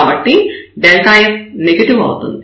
కాబట్టి f negative అవుతుంది